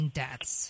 deaths